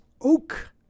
oak